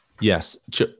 Yes